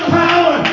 power